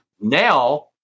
Now